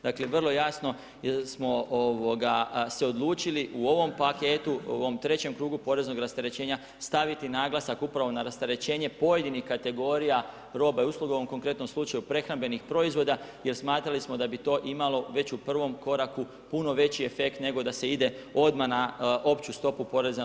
Dakle, vrlo jasno smo, ovoga, se odlučili u ovom paketu, u ovom trećem krugu poreznog rasterećenja, staviti naglasak upravo na rasterećenje pojedinih kategorija robe i usluge, u ovom slučaju prehrambenih proizvoda jer smatrali smo da bi to imalo već u prvom koraku puno veći efekt, nego da se ide odmah na opću stopu PDV-a.